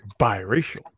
biracial